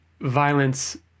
violence